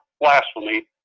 blasphemy